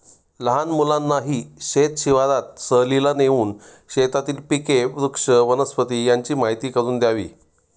लहान मुलांनाही शेत शिवारात सहलीला नेऊन शेतातील पिके, वृक्ष, वनस्पती यांची माहीती करून द्यावी